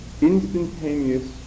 instantaneous